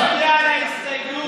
שתצביע על ההסתייגות.